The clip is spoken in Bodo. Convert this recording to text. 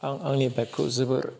आं आंनि बाइक खौ जोबोर